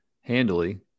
handily